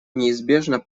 неизбежно